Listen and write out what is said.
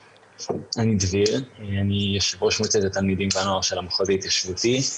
אני יושב ראש מועצת התלמידים והנוער של המחוז ההתיישבותי.